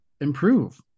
improve